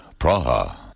Praha